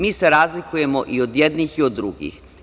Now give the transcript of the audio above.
Mi se razlikujemo i od jednih i od drugih.